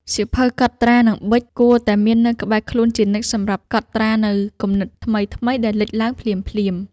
សៀវភៅកត់ត្រា និងប៊ិច គួរតែមាននៅក្បែរខ្លួនជានិច្ចសម្រាប់កត់ត្រានូវគំនិតថ្មីៗដែលលេចឡើងភ្លាមៗ។